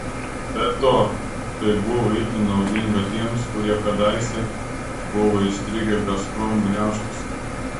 be to tai buvo itin naudinga tiems kurie kadaise buvo įstrigę gazprom gniaužtuose